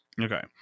okay